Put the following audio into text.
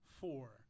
four